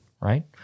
right